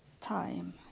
time